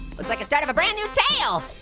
looks like the start of a brand new tale.